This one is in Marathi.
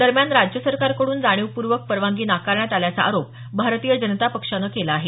दरम्यान राज्य सरकारकडून जाणीवपूर्वक परवानगी नाकारण्यात आल्याचा आरोप भारतीय जनता पक्षानं केली आहे